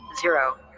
Zero